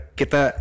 kita